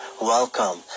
Welcome